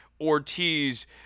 Ortiz